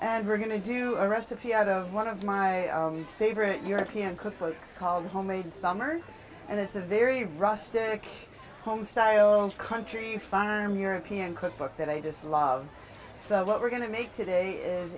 and we're going to do a recipe out of one of my favorite european cookbooks called homemade summer and it's a very rustic home style and country firearm european cookbook that i just love so what we're going to make today is